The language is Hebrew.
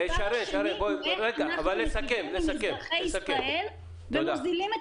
ואיך אנחנו מטיבים עם אזרחי ישראל ומוזילים את